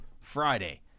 Friday